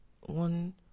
One